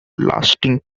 lasting